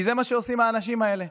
כי זה מה שעושים האנשים האלה: